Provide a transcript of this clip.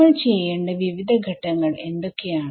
നമ്മൾ ചെയ്യേണ്ട വിവിധ ഘട്ടങ്ങൾ എന്തൊക്കെയാണ്